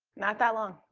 not that long.